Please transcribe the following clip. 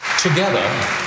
Together